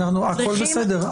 הכל בסדר,